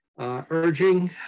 urging